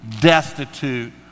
destitute